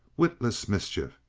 witless mischief,